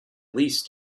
least